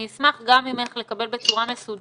אני אשמח גם ממך לקבל בצורה מסודרת,